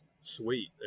sweet